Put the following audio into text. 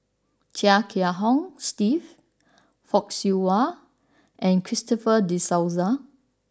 Chia Kiah Hong Steve Fock Siew Wah and Christopher De Souza